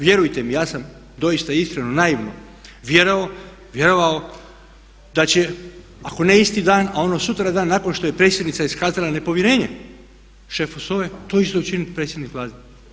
Vjerujte mi ja sam doista iskreno naivno vjerovao da će ako ne isti dan, a ono sutradan nakon što je predsjednica iskazala nepovjerenje šefu SOA-e to isto učinit predsjednik Vlade.